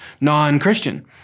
non-Christian